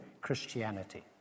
Christianity